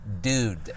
dude